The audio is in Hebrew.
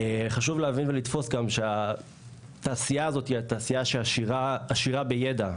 חשוב להבין ולתפוס גם שהתעשייה הזאת היא תעשייה שעשירה בידע,